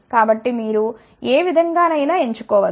కాబట్టి మీరు ఏ విధంగానైనా ఎంచుకోవచ్చు